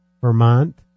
Vermont